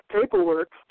paperwork